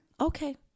okay